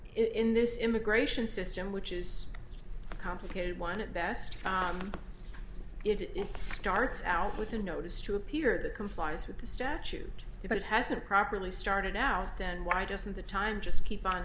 in this immigration system which is a complicated one at best it starts out with a notice to appear that complies with the statute but it hasn't properly started out then why doesn't the time just keep on